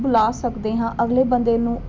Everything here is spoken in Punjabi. ਬੁਲਾ ਸਕਦੇ ਹਾਂ ਅਗਲੇ ਬੰਦੇ ਨੂੰ